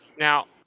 Now